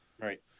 Right